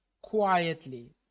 quietly